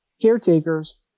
caretakers